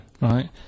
Right